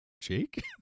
Jake